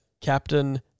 captain